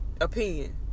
opinion